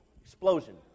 explosion